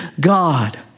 God